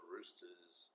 Roosters